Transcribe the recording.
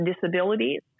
disabilities